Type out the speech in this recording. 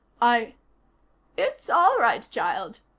i it's all right, child,